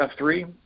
F3